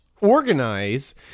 organize